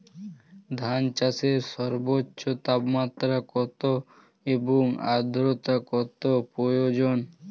ধান চাষে সর্বোচ্চ তাপমাত্রা কত এবং আর্দ্রতা কত প্রয়োজন?